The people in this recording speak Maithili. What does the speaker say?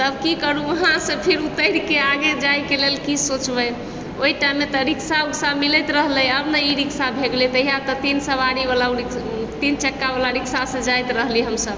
तब की करु उहाँसे फिर उतरिके आगे जाइके लेल कि सोचबै ओहि टाइममे तऽ रिक्शा उक्सा मिलैत रहलै आब ने ई रिक्शा भए गेलै तहिया तऽ तीन सवारीवला तीन चक्कावला रिक्शासँ जाइत रहलि हमसभ